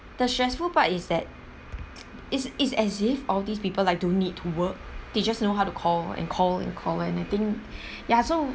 the stressful part is that it's it's as if all these people like don't need to work they just know how to call and call and call and I think ya so